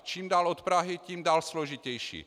Čím dál od Prahy, tím složitější.